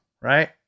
right